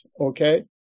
okay